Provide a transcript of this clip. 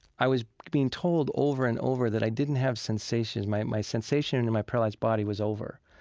i was being told over and over that i didn't have sensation. my my sensation in and my paralyzed body was over.